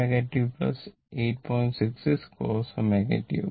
66 cos ω t ആകും